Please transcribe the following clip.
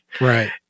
right